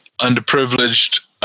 underprivileged